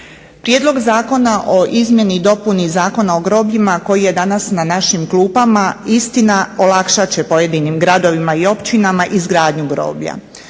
Prijedlog zakona o izmjeni i dopuni Zakona o grobljima koji je danas na našim klupama istina olakšat će pojedinim gradovima i općinama izgradnju groblja.